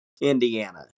Indiana